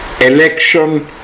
election